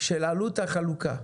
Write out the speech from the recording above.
עלות החלוקה.